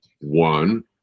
One